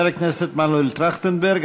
חבר הכנסת מנואל טרכטנברג,